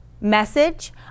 message